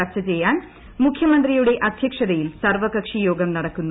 ചർച്ച ചെയ്യാൻ മുഖ്യമന്ത്രിയ്ക്ടി അദ്ധ്യക്ഷതയിൽ സർവകക്ഷിയോഗം നടക്കുന്നു